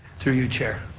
through you, chair.